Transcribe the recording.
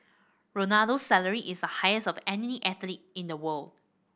Ronaldo's salary is the highest of any athlete in the world